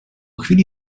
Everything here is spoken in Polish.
chwili